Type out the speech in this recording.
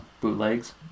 bootlegs